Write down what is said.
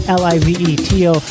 l-i-v-e-t-o